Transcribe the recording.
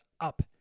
up